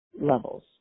levels